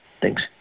Thanks